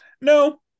no